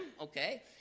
okay